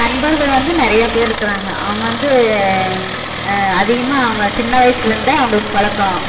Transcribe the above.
நண்பர்கள் வந்து நிறையா பேர் இருக்கிறாங்க அவங்க வந்து அதிகமாக அவங்கள் சின்ன வயசுலேருந்தே அவங்களுக்கு பழக்கம்